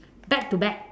back to back